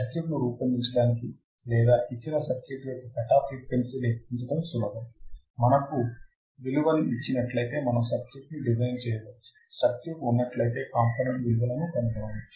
circuit ని రూపొందించడానికి లేదా ఇచ్చిన సర్క్యూట్ యొక్క కటాఫ్ ఫ్రీక్వెన్సీ లెక్కించడడం సులభం మనకు విలువను ఇచ్చినట్లయితే మనం సర్క్యూట్ ని డిజైన్ చేయవచ్చు సర్క్యూట్ ఉన్నట్లయితే కాంపోనెంట్ విలువలను కనుగొనవచ్చు